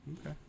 Okay